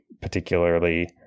particularly